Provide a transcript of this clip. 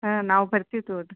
ಹಾಂ ನಾವು ಬರ್ತೀವಿ ತೋಗೊಳ್ಡ್ರಿ